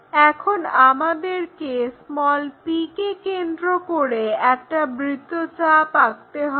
এখন আমাদেরকে p কে কেন্দ্র করে একটা বৃত্তচাপ আঁকতে হবে